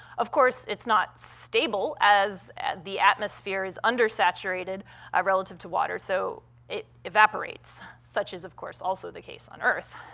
of course, it's not stable, as the atmosphere is undersaturated relative to water, so it evaporates. such is, of course, also the case on earth.